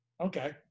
Okay